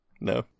No